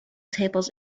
tables